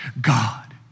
God